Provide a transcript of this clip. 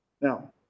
Now